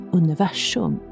universum